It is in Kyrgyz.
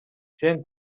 сен